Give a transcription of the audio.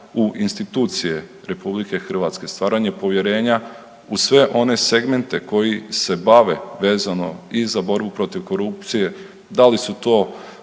u institucije RH, stvaranje povjerenja u sve one segmente koji se bave vezano i za borbu protiv korupcije, da li su to